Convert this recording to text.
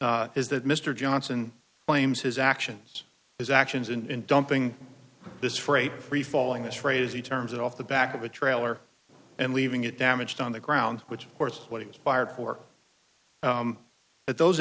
mr johnson claims his actions his actions in dumping this freight free falling this phrase he terms it off the back of a trailer and leaving it damaged on the ground which of course what he was fired for at those